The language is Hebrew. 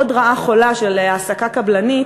עוד רעה חולה של העסקה קבלנית,